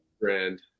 brand